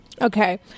Okay